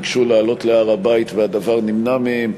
ביקשו לעלות להר-הבית והדבר נמנע מהם.